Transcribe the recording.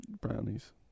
brownies